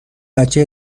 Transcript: بچه